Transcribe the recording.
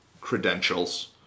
credentials